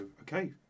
okay